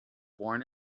born